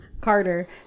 Carter